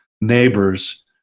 neighbors